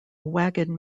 wagon